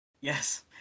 Yes